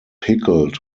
pickled